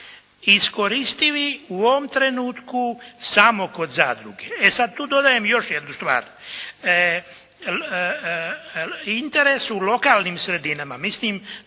iskoristivi u ovom trenutku samo kod zadrugu. E sad tu dodajem još jednu stvar. Interes u lokalnim sredinama, mislim